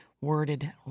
worded